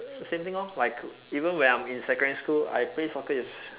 same thing lor like even when I'm in secondary school I play soccer is